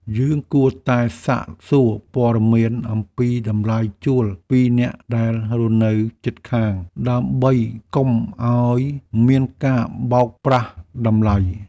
យើងគួរតែសាកសួរព័ត៌មានអំពីតម្លៃជួលពីអ្នកដែលរស់នៅជិតខាង ដើម្បីកុំឱ្យមានការបោកប្រាស់តម្លៃ។